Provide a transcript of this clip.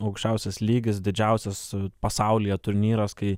aukščiausias lygis didžiausias pasaulyje turnyras kai